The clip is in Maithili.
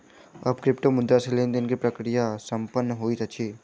आब क्रिप्टोमुद्रा सॅ लेन देन के प्रक्रिया संपन्न होइत अछि